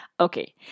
Okay